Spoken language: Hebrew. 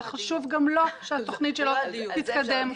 שחשוב גם לו שהתוכנית שלו תתקדם.